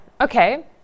Okay